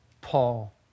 Paul